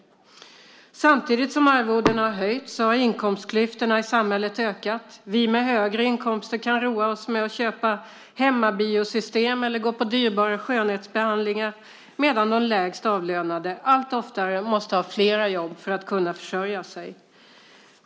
Samtidigt som arvodena har höjts har inkomstklyftorna i samhället ökat. Vi med högre inkomster kan roa oss med att köpa hemmabiosystem eller gå på dyrbara skönhetsbehandlingar medan de lägst avlönade allt oftare måste ha flera jobb för att kunna försörja sig.